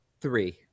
Three